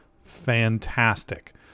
fantastic